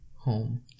home